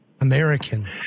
American